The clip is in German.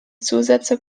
zusätze